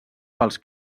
pels